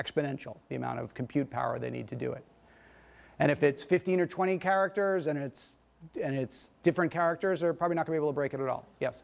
exponential the amount of compute power they need to do it and if it's fifteen or twenty characters and it's and it's different characters are probably not able to break it all ye